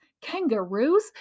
Kangaroos